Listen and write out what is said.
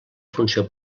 funció